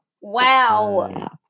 Wow